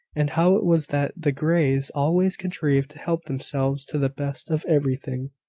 and how it was that the greys always contrived to help themselves to the best of everything.